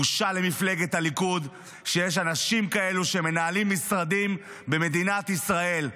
בושה למפלגת הליכוד שיש אנשים כאלה שמנהלים משרדים במדינת ישראל.